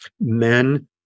men